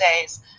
days